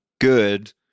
good